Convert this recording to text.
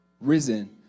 Risen